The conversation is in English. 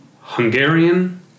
Hungarian